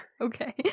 Okay